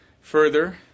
Further